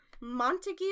Montague